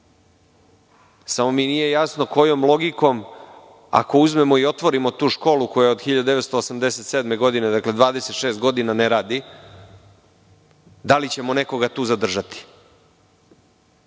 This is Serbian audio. mi nije jasno kojom logikom, ako uzmemo i otvorimo tu školu koja od 1987. godine, dakle 26 godina ne radi, da li ćemo nekoga tu zadržati?